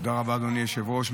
תודה רבה, אדוני היושב-ראש.